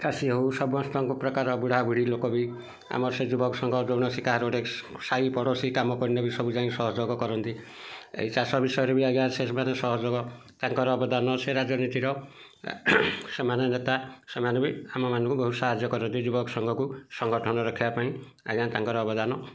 ଚାଷୀ ହଉ ସମସ୍ତଙ୍କ ପ୍ରକାର ବୁଢ଼ା ବୁଢ଼ୀ ଲୋକ ବି ଆମର ସେ ଯୁବକ ସଂଘ ଗୋଟେ ସାଇ ପଡ଼ୋଶୀ କାମ କରିନେବି ସବୁ ଯାଇ ସହଯୋଗ କରନ୍ତି ଏଇ ଚାଷ ବିଷୟରେ ବି ଆଜ୍ଞା ସହଯୋଗ ତାଙ୍କର ଅବଦାନ ସେ ରାଜନୀତିର ସେମାନେ ନେତା ସେମାନେ ବି ଆମମାନଙ୍କୁ ବହୁତ ସାହାଯ୍ୟ କରନ୍ତି ଯୁବକ ସଂଘକୁ ସଂଗଠନ ରକ୍ଷା ପାଇଁ ଆଜ୍ଞା ତାଙ୍କର ଅବଦାନ